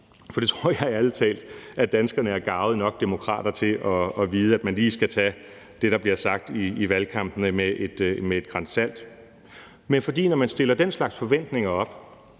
for jeg tror ærlig talt, at danskerne er garvede nok demokrater til at vide, at de lige skal tage det, der bliver sagt i valgkampene, med et gran salt. Men når der stilles den slags forventninger op,